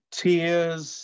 tears